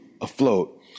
afloat